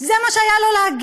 זה מה שהיה לו להגיד,